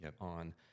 on